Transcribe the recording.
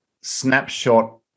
snapshot